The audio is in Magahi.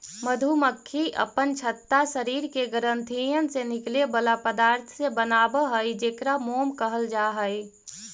मधुमक्खी अपन छत्ता शरीर के ग्रंथियन से निकले बला पदार्थ से बनाब हई जेकरा मोम कहल जा हई